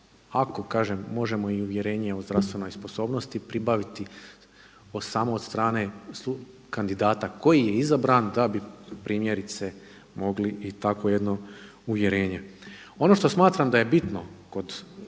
ako kažem možemo i uvjerenje o zdravstvenoj sposobnosti pribaviti samo od strane kandidata koji je izabran da bi primjerice mogli i takvo jedno uvjerenje. Ono što smatram da je bitno kod